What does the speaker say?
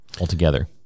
altogether